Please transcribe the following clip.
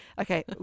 Okay